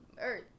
Earth